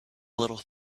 little